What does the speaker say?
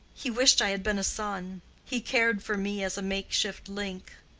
he wished i had been a son he cared for me as a make-shift link.